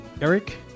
Eric